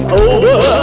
over